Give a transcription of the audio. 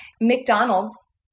McDonald's